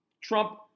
Trump